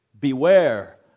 Beware